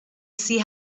see